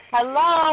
Hello